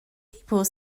people